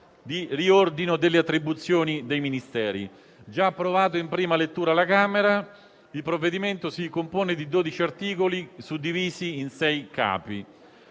di riordino delle attribuzioni dei Ministeri. Già approvato in prima lettura alla Camera, il provvedimento si compone di 12 articoli, suddivisi in 6 capi.